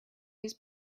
his